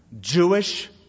Jewish